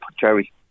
Jerry